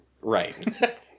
Right